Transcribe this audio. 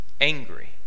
angry